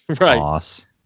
right